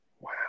Wow